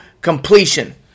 completion